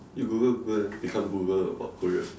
you Google Google then become Google about Korea